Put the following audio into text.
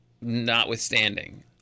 notwithstanding